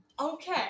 okay